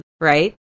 Right